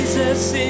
Jesus